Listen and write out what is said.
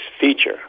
feature